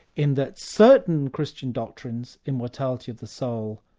in that certain christian doctrines, immortality of the soul,